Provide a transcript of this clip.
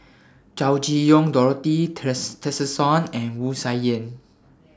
Chow Chee Yong Dorothy Tessensohn and Wu Tsai Yen